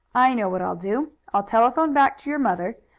i know what i'll do. i'll telephone back to your mother,